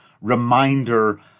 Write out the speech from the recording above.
reminder